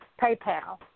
PayPal